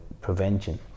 prevention